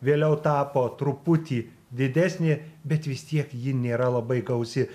vėliau tapo truputį didesnė bet vis tiek ji nėra labai gausi